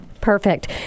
Perfect